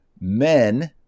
Men